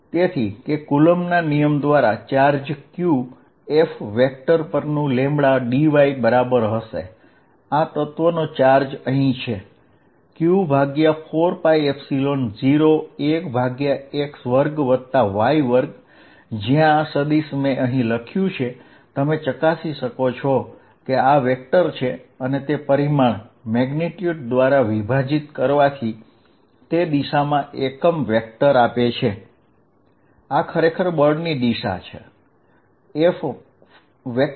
તો કુલમ્બના નિયમ દ્વારા ચાર્જ q પર લાગતું બળ Fq λ dy4π01x2y2xx yyx2y212 થશે તમે ચકાસી શકો છો કે આ વેક્ટર છે અને તે પરિમાણ દ્વારા વિભાજિત કરવાથી તે દિશામાં એકમ વેક્ટર આપે છે આ ખરેખર બળની દિશા છે